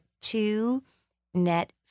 two-net